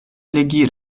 legi